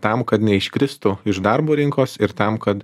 tam kad neiškristų iš darbo rinkos ir tam kad